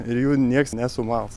ir jų niekas nesumals